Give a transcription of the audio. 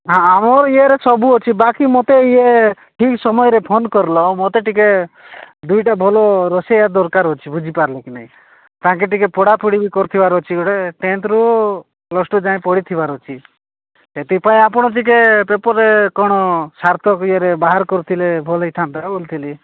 ହଁ ଆମର ଇଏରେ ସବୁ ଅଛି ବାକି ମୋତେ ଇଏ ଠିକ୍ ସମୟରେ ଫୋନ କରିଲ ମୋତେ ଟିକେ ଦୁଇଟା ଭଲ ରୋଷେଇଆ ଦରକାର ଅଛି ବୁଝିପାରିଲେ କି ନହିଁ ତାଙ୍କେ ଟିକେ ପଢ଼ାପଢ଼ି ବି କରିଥିବାର ଅଛି ଗୋଟେ ଟେନ୍ଥରୁ ପ୍ଲସ ଟୁ ଯାଏଁ ପଢ଼ିଥିବାର ଅଛି ସେଥିପାଇଁ ଆପଣ ଟିକେ ପେପରରେ କ'ଣ ସାର୍ଥକ ଇଏରେ ବାହାର କରୁଥିଲେ ଭଲ ହୋଇଥାନ୍ତା ବୋଲିଥିଲି